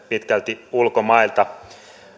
pitkälti ulkomailta